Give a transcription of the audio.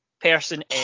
person